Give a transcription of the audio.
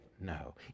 No